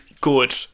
good